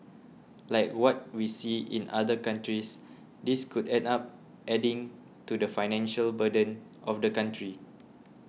like what we see in other countries this could end up adding to the financial burden of the country